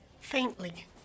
Faintly